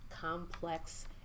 Complex